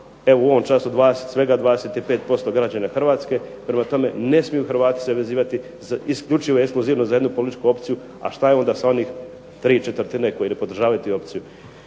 ima podršku svega 25% građana Hrvatske, prema tome, ne smiju Hrvati se vezivati isključivo ekskluzivno za jednu političku opciju, a što je onda sa onih ¾ koji ne podržavaju tu opciju.